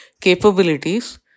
capabilities